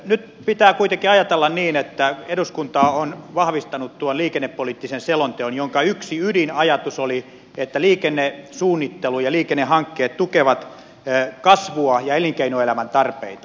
nyt pitää kuitenkin ajatella niin että eduskunta on vahvistanut tuon liikennepoliittisen selonteon jonka yksi ydinajatus oli että liikennesuunnittelu ja liikennehankkeet tukevat kasvua ja elinkeinoelämän tarpeita